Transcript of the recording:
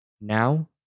Now